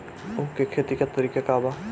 उख के खेती का तरीका का बा?